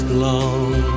long